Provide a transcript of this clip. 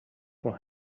for